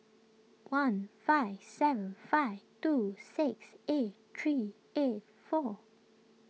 one five seven five two six eight three eight four